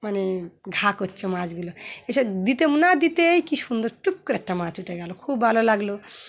মানে ঘা করছে মাছগুলো এসব দিতে না দিতে কী সুন্দর টুপ করে একটা মাছ উঠে গেলো খুব ভালো লাগলো